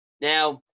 Now